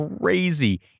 crazy